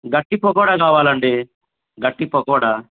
గట్టి పకోడా కావాలండి గట్టి పకోడా